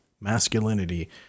masculinity